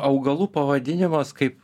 augalų pavadinimas kaip